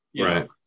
Right